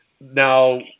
Now